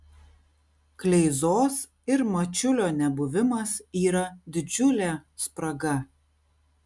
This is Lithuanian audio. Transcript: kleizos ir mačiulio nebuvimas yra didžiulė spraga